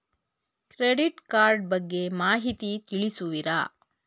Credit card ಬಗ್ಗೆ ಮಾಹಿತಿ ತಿಳಿಸುವಿರಾ?